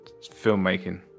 filmmaking